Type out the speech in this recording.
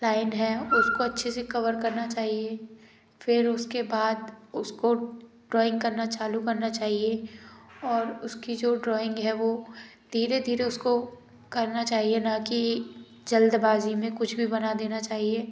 line है उसको अच्छे से कवर करना चाहिए फिर उसके बाद उसको ड्राॅइंग करना चालू करना चाहिए और उसकी जो ड्राॅइंग है वो धीरे धीरे उसको करना चाहिए ना कि जल्दबाजी में कुछ भी बना देना चाहिए